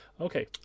okay